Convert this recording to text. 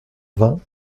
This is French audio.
vingt